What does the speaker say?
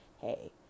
hey